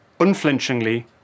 unflinchingly